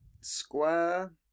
Square